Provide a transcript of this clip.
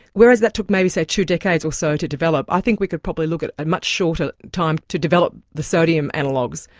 whereas that took maybe two decades or so to develop, i think we can probably look at a much shorter time to develop the sodium analogues.